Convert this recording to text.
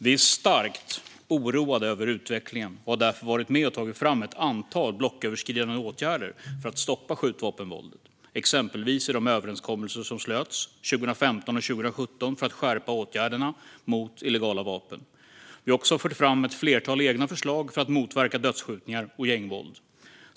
Vi är starkt oroade över utvecklingen och har därför varit med och tagit fram ett antal blocköverskridande åtgärder för att stoppa skjutvapenvåldet, exempelvis i de överenskommelser som slöts 2015 och 2017 för att skärpa åtgärderna mot illegala vapen. Vi har också fört fram ett flertal egna förslag för att motverka dödsskjutningar och gängvåld.